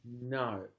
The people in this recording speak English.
No